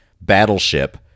battleship